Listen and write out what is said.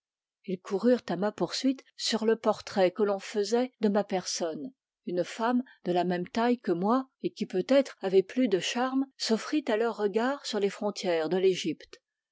ils coururent à ma poursuite sur le portrait qu'on leur fesait de ma personne une femme de la même taille que moi et qui peut-être avait plus de charmes s'offrit à leurs regards sur les frontières de l'egypte